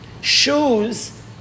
Shoes